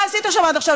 מה עשית שם עד עכשיו?